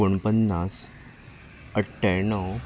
एकोणपन्नास अठ्ठ्याण्णव